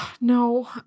No